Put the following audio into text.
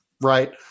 right